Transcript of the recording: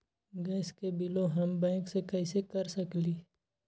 Gas के बिलों हम बैंक से कैसे कर सकली?